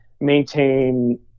maintain